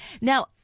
now